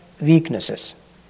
weaknesses